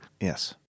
yes